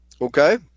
Okay